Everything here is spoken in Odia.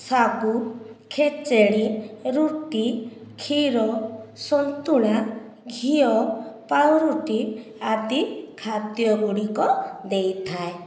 ସାଗୁ ଖେଚୁଡ଼ି ରୁଟି କ୍ଷୀର ସନ୍ତୁଳା ଘିଅ ପାଉଁରୁଟି ଆଦି ଖାଦ୍ୟ ଗୁଡ଼ିକ ଦେଇଥାଏ